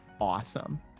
awesome